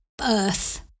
earth